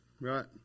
right